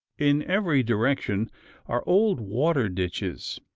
in every direction are old water-ditches,